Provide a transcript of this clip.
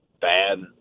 bad